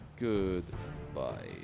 Goodbye